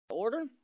order